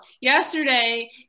yesterday